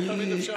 לא תמיד אפשר.